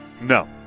No